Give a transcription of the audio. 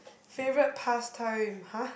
favourite past time !huh!